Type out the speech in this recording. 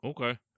Okay